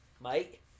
Mike